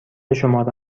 شماره